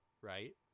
right